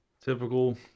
Typical